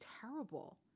terrible